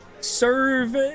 serve